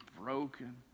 broken